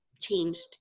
changed